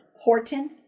Horton